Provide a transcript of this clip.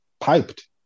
piped